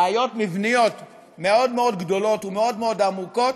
בעיות מבניות מאוד מאוד גדולות ומאוד מאוד עמוקות,